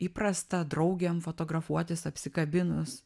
įprasta draugėm fotografuotis apsikabinus